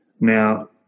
Now